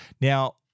Now